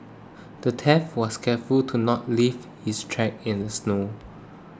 the thief was careful to not leave his tracks in the snow